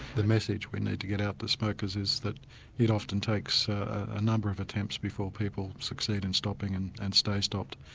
the message we need to get out to smokers is that it often takes a number of attempts before people succeed in stopping and and stay stopped.